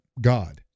God